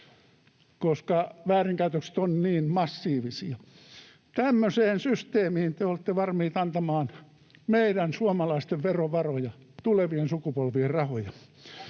koska väärinkäytökset ovat niin massiivisia. Tämmöiseen systeemiin te olette valmiit antamaan meidän suomalaisten verovaroja, tulevien sukupolvien rahoja.